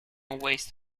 waste